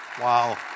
Wow